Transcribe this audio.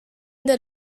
that